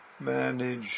manage